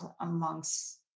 amongst